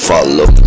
Follow